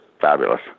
fabulous